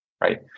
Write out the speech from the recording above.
right